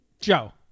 joe